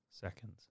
seconds